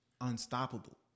unstoppable